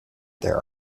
there